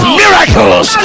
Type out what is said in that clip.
miracles